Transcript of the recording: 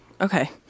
okay